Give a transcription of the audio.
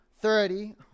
thirty